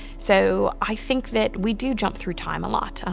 so i think that we do jump through time a lot,